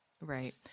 Right